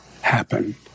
happen